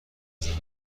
زحمت